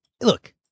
Look